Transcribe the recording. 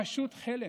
פשוט חלם.